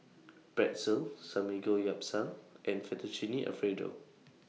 Pretzel Samgeyopsal and Fettuccine Alfredo